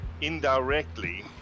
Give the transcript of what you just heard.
indirectly